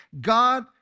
God